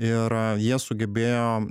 ir jie sugebėjo